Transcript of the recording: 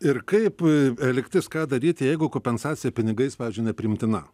ir kaip e elgtis ką daryt jeigu kompensacija pinigais pavyzdžiui nepriimtina